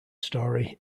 story